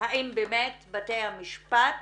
האם באמת בתי המשפט